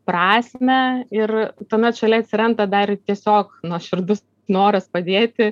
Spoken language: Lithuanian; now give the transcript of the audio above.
prasmę ir tuomet šalia atsiranda dar tiesiog nuoširdus noras padėti